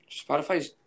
Spotify's